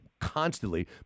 constantly